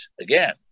again